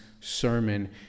sermon